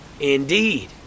Indeed